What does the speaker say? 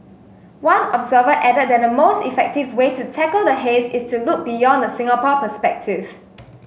one observer added that the most effective way to tackle the haze is to look beyond the Singapore perspective